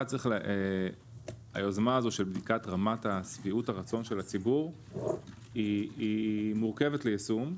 1. היוזמה הזו של בדיקת רמת שביעות הרצון של הציבור היא מורכבת ליישום.